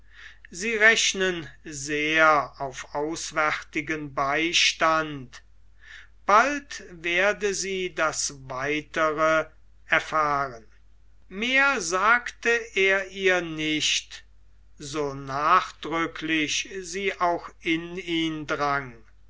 sie rechnen sehr auf auswärtigen beistand bald werde sie das weitere erfahren mehr sagte er ihr nicht so nachdrücklich sie auch in ihn drang